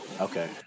Okay